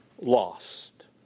lost